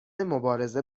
مبارزه